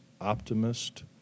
Optimist